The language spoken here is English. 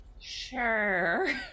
Sure